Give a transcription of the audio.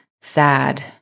sad